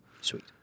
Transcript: Sweet